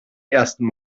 ersten